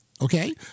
Okay